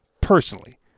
personally